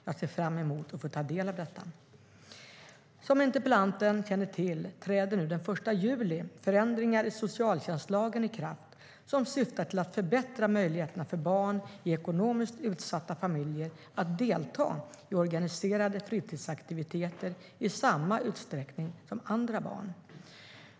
Jag ser fram emot att få ta del av detta. Som interpellanten känner till träder nu den 1 juli förändringar i socialtjänstlagen i kraft. De syftar till att förbättra möjligheterna för barn i ekonomiskt utsatta familjer att delta i organiserade fritidsaktiviteter i samma utsträckning som andra barn.